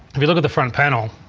if you look at the front panel,